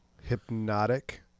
hypnotic